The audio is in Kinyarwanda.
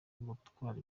gutwara